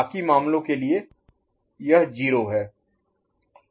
बाकी मामलों के लिए यह 0 है